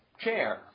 chair